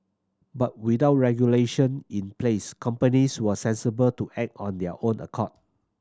but without regulation in place companies were sensible to act on their own accord